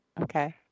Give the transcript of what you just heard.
Okay